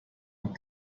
und